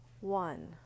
one